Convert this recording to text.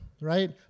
right